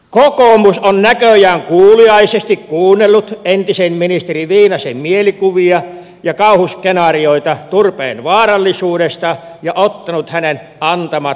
kokoomus on näköjään kuuliaisesti kuunnellut entisen ministeri viinasen mielikuvia ja kauhuskenaarioita turpeen vaarallisuudesta ja ottanut hänen antamat mielikuvat tosina